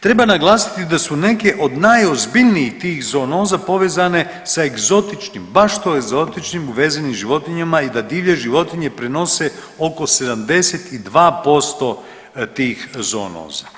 Treba naglasiti da su neke od najozbiljnijih tih zoonoza povezane sa egzotičnim, baš egzotičnim uvezenim životinjama i da divlje životinje prenose oko 72% tih zoonoza.